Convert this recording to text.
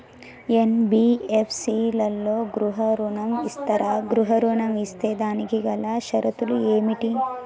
NBFC లలో గృహ ఋణం ఇస్తరా? గృహ ఋణం ఇస్తే దానికి గల షరతులు ఏమిటి?